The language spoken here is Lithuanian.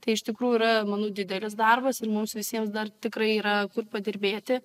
tai iš tikrųjų yra manau didelis darbas ir mums visiems dar tikrai yra kur padirbėti